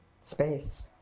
space